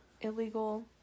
illegal